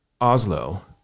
Oslo